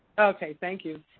okay. thank you.